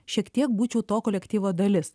šiek tiek būčiau to kolektyvo dalis